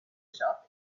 shop